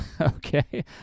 Okay